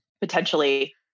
potentially